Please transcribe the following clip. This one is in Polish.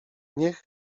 niech